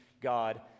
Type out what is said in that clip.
God